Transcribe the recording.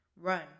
Run